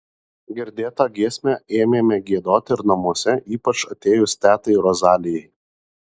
girdėtą giesmę ėmėme giedoti ir namuose ypač atėjus tetai rozalijai